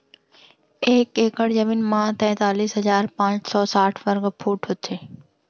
एक एकड़ जमीन मा तैतलीस हजार पाँच सौ साठ वर्ग फुट होथे